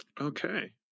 Okay